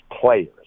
players